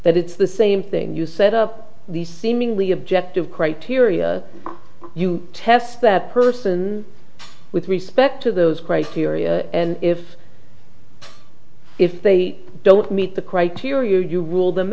but it's the same thing you set up these seemingly objective criteria you test that person with respect to those criteria and if if they don't meet the criteria you rule them